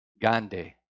Gandhi